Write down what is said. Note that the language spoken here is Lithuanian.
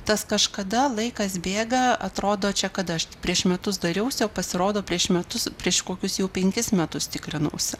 tas kažkada laikas bėga atrodo čia kada aš prieš metus dariausi o pasirodo prieš metus prieš kokius jau penkis metus tikrinausi